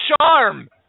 charm